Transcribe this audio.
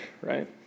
right